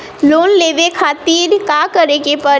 Loan लेवे खातिर का करे के पड़ी?